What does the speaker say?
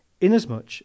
inasmuch